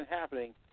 happening